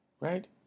Right